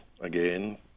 again